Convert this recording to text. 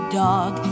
dog